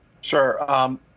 Sure